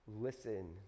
Listen